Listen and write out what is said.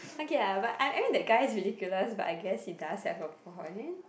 okay ah but I I mean that guy is ridiculous but I guess he does have a point